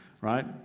Right